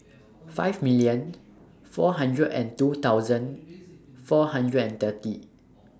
five million four hundred and two thousand four hundred and thirty